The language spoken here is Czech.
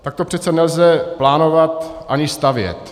Takto přece nelze plánovat ani stavět.